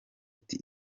ati